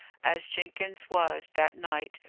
as jenkins was, that night,